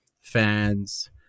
fans